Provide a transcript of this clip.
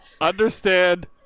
Understand